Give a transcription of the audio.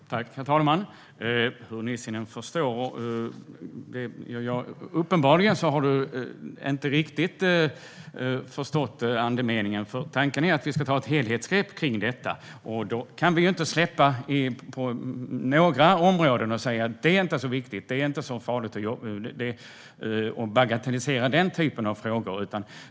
Herr talman! Nissinen har uppenbarligen inte riktigt förstått andemeningen. Tanken är att vi ska ta ett helhetsgrepp om detta. Då kan vi inte släppa några områden och säga att det inte är så viktigt eller farligt. Vi kan inte bagatellisera den typen av frågor.